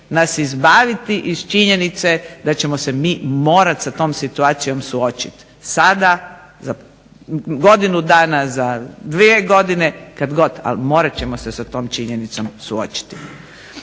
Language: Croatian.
nas izbaviti iz činjenice da ćemo se mi morati sa tom situacijom suočiti sada, za godinu dana, za dvije godine, kad god ali morat ćemo se sa tom činjenicom suočiti.